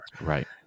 Right